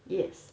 yes